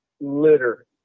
litter